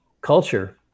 culture